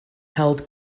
held